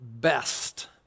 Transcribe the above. best